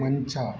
ಮಂಚ